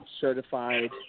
certified